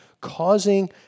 causing